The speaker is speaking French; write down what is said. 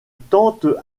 tente